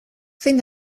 zein